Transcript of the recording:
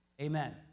Amen